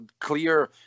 clear